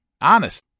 Honest